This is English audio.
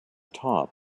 top